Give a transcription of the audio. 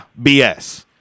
BS